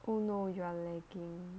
oh no you are lagging